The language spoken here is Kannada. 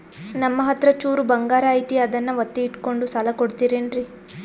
ನಮ್ಮಹತ್ರ ಚೂರು ಬಂಗಾರ ಐತಿ ಅದನ್ನ ಒತ್ತಿ ಇಟ್ಕೊಂಡು ಸಾಲ ಕೊಡ್ತಿರೇನ್ರಿ?